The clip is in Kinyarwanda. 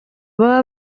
baba